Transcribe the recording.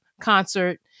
concert